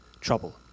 trouble